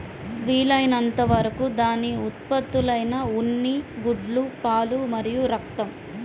వీలైనంత వరకు దాని ఉత్పత్తులైన ఉన్ని, గుడ్లు, పాలు మరియు రక్తం